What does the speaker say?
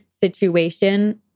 situation